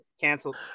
canceled